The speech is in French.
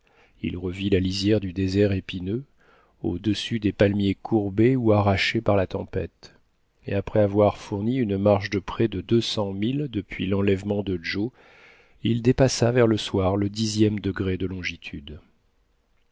il revit la lisière du désert épineux au-dessus des palmiers courbés ou arrachés par la tempête et après avoir fourni une marche de près de deux cents milles depuis l'enlèvement de joe il dépassa vers le soir le dixième degré de longitude